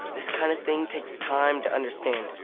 this kind of thing takes time to understand,